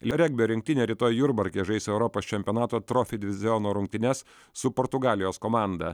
regbio rinktinė rytoj jurbarke žais europos čempionato trofi diviziono rungtynes su portugalijos komanda